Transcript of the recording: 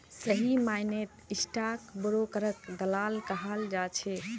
सही मायनेत स्टाक ब्रोकरक दलाल कहाल जा छे